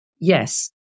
yes